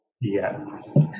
Yes